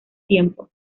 tiempo